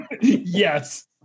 Yes